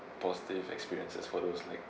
positive experience for those like